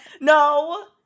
No